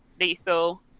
lethal